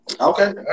Okay